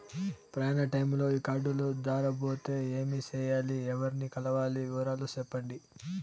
ప్రయాణ టైములో ఈ కార్డులు దారబోతే ఏమి సెయ్యాలి? ఎవర్ని కలవాలి? వివరాలు సెప్పండి?